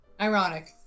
Ironic